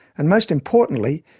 and, most importantly,